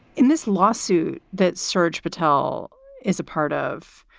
in this lawsuit that serj patel is a part of,